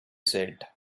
said